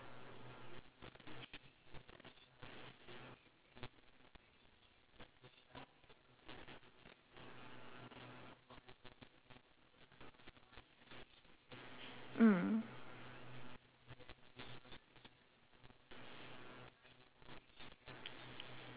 mm